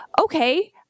okay